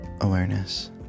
awareness